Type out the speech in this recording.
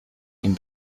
ihm